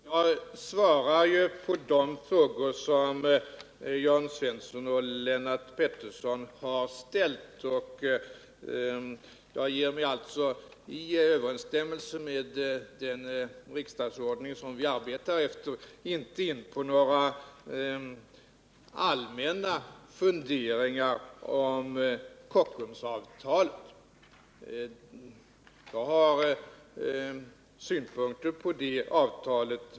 Herr talman! Jag svarar på de frågor som Jörn Svensson och Lennart Pettersson har ställt. Jag ger mig alltså — i överensstämmelse med den riksdagsordning vi arbetar efter — inte in på några allmänna funderingar om Kockumsavtalet. Jag har synpunkter på det avtalet.